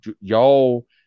y'all